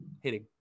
hitting